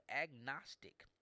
agnostic